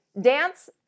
dance